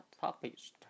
topics